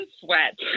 sweat